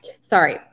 sorry